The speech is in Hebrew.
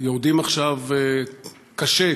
עובדים עכשיו קשה,